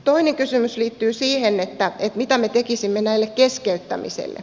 toinen kysymys liittyy siihen mitä me tekisimme näille keskeyttämisille